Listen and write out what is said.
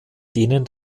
denen